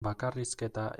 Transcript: bakarrizketa